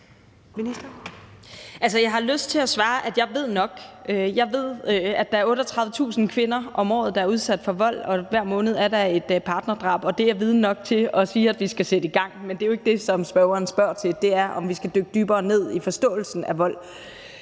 jeg har lyst til at svare, at jeg ved nok. Jeg ved, at der er 38.000 kvinder om året, der er udsat for vold, og at der hver måned er et partnerdrab. Det er viden nok til at sige, at vi skal sætte i gang. Det er jo ikke det, som spørgeren spørger til, men om vi skal dykke dybere ned i forståelsen af vold.